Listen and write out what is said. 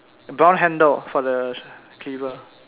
brown handle for the cleaver